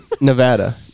Nevada